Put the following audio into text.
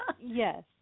yes